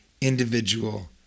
individual